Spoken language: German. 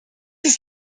ist